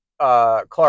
Clark